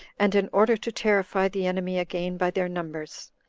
and in order to terrify the enemy again by their numbers.